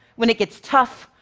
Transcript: when it gets tough,